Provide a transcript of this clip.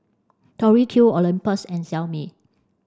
Tori Q Olympus and Xiaomi